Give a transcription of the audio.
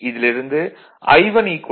இதிலிருந்து I1 43